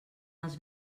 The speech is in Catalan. els